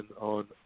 on